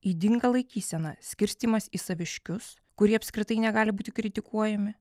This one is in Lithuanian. ydinga laikysena skirstymas į saviškius kurie apskritai negali būti kritikuojami